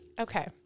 Okay